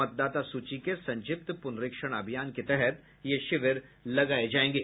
मतदाता सूची के संक्षिप्त पुनरीक्षण अभियान के तहत यह शिविर लगाये जायेंगे